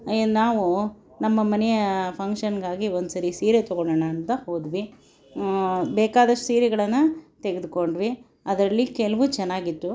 ಏನು ನಾವು ನಮ್ಮ ಮನೆಯ ಫಂಕ್ಷನ್ಗಾಗಿ ಒಂದ್ಸರಿ ಸೀರೆ ತಗೋಳ್ಳೋಣ ಅಂತ ಹೋದ್ವಿ ಬೇಕಾದಷ್ಟು ಸೀರೆಗಳನ್ನು ತೆಗ್ದುಕೊಂಡ್ವಿ ಅದರಲ್ಲಿ ಕೆಲವು ಚೆನ್ನಾಗಿದ್ದವು